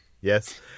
Yes